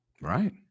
right